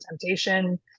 temptation